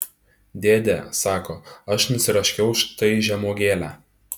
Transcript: dėde sako aš nusiraškiau štai žemuogėlę